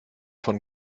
von